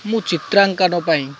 ମୁଁ ଚିତ୍ରାଙ୍କନ ପାଇଁ